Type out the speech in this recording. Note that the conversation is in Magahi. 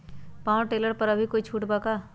पाव टेलर पर अभी कोई छुट बा का?